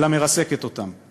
אלא מרסקת אותם,